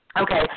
Okay